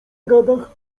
gadach